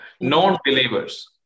Non-believers